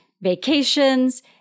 vacations